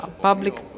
public